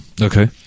Okay